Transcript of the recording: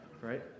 right